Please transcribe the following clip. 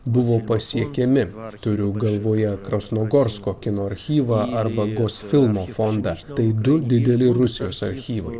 buvo pasiekiami turiu galvoje krasnojarsko kino archyvą arba gos filmo fondą tai du dideli rusijos archyvai